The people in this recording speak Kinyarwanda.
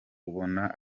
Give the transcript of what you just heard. ubona